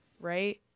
Right